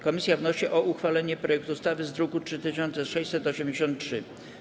Komisja wnosi o uchwalenie projektu ustawy z druku nr 3683.